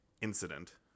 incident